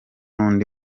undi